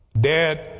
Dad